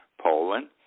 Poland